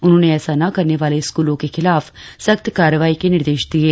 उन्होंने ऐसा न करने वाले स्कूलों के खिलाफ सख्त कार्यवाही के निर्देश दिये